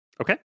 Okay